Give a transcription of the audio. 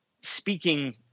speaking